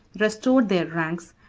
restored their ranks,